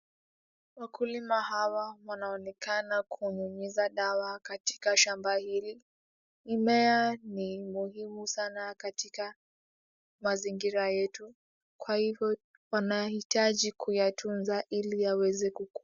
Wakulima hawa wanaonekana kunyunyiza dawa katika shamba hili. Mimea ni muhimu sana katika mazingira yetu kwa hivyo wanaitaji kuyatunza ili yaweze kukua.